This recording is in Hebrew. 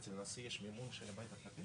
מ-1982 יש מעון רשמי בירושלים ובית פרטי